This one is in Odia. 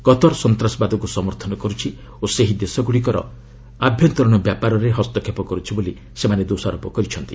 କତର୍ ସନ୍ତାସବାଦକୁ ସମର୍ଥନ କରୁଛି ଓ ସେହି ଦେଶଗୁଡ଼ିକର ଆଭ୍ୟନ୍ତରୀଣ ବ୍ୟାପାରରେ ହସ୍ତକ୍ଷେପ କରୁଛି ବୋଲି ସେମାନେ ଦୋଷାରୋପ କରୁଛନ୍ତି